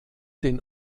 den